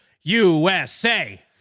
USA